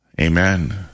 Amen